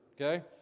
okay